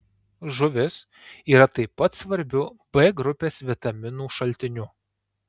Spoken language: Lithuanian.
žuvis yra taip pat svarbiu b grupės vitaminų šaltiniu